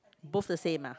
both the same ah